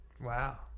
Wow